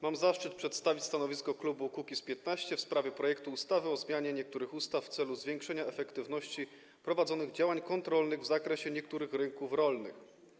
Mam zaszczyt przedstawić stanowisko klubu Kukiz’15 w sprawie projektu ustawy o zmianie niektórych ustaw w celu zwiększenia efektywności prowadzonych działań kontrolnych w zakresie niektórych rynków rolnych.